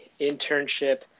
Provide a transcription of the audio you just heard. internship